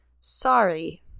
Sorry